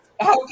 Okay